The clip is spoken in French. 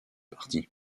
parti